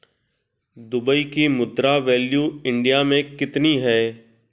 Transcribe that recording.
Dubai की मुद्रा value India मे कितनी है?